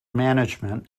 management